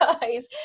guys